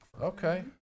Okay